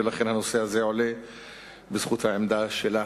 ולכן הנושא הזה עולה בזכות העמדה שלה.